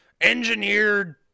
engineered